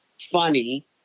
funny